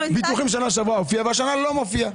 ביטוחים הופיעו בשנה שעברה והשנה לא מופיע.